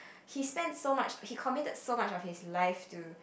he spent so much he committed so much of his life to